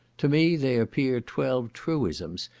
to me they appear twelve truisms,